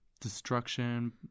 destruction